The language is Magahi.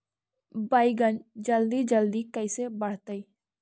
बैगन जल्दी जल्दी कैसे बढ़तै?